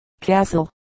Castle